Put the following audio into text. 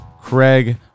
Craig